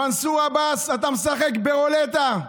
מנסור עבאס, אתה משחק ברולטה,